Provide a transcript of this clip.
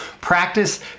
Practice